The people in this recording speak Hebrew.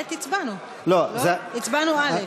הצבענו (א).